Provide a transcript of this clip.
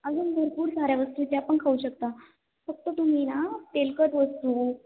अजून भरपूर साऱ्या वस्तू ज्या आपण खाऊ शकता फक्त तुम्ही ना तेलकट वस्तू